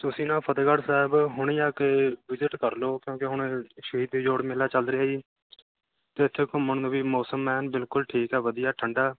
ਤੁਸੀਂ ਨਾ ਫਤਿਹਗੜ੍ਹ ਸਾਹਿਬ ਹੁਣੇ ਆ ਕੇ ਵਿਜਿਟ ਕਰ ਲਓ ਕਿਉਂਕਿ ਹੁਣ ਸ਼ਹੀਦੇ ਜੋੜ ਮੇਲਾ ਚੱਲ ਰਿਹਾ ਜੀ ਅਤੇ ਇੱਥੇ ਘੁੰਮਣ ਨੂੰ ਵੀ ਮੌਸਮ ਐਨ ਬਿਲਕੁਲ ਠੀਕ ਆ ਵਧੀਆ ਠੰਡਾ